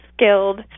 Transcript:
skilled